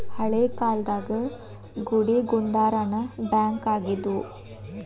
ಹಳೇ ಕಾಲ್ದಾಗ ಗುಡಿಗುಂಡಾರಾನ ಬ್ಯಾಂಕ್ ಆಗಿದ್ವು